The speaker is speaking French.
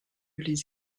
les